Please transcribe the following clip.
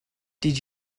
did